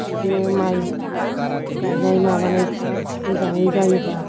बिदिनो माइ गायनाय माबानायफ्रा मोजाङै जायोबा